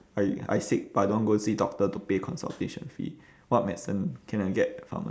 I I sick but I don't want go see doctor to pay consultation fee what medicine can I get pharma~